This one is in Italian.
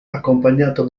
accompagnato